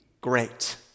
great